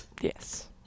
Yes